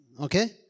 Okay